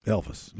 Elvis